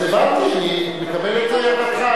אז הבנתי, אני מקבל את הערתך.